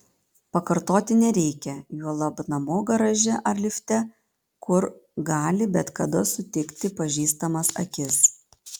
pakartoti nereikia juolab namo garaže ar lifte kur gali bet kada sutikti pažįstamas akis